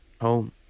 home